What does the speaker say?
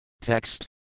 TEXT